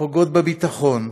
פוגעות בביטחון,